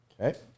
Okay